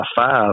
five